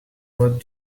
what